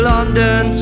London